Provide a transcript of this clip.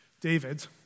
David